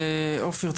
אופיר,